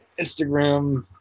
Instagram